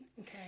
Okay